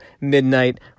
Midnight